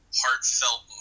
heartfelt